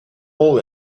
all